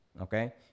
okay